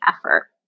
effort